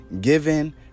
given